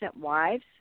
wives